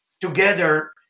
together